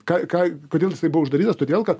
ką ką kodėl jisai buvo uždarytas todėl kad